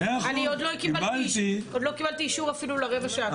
אני עוד לא קיבלתי אישור אפילו לרבע שעה.